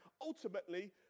ultimately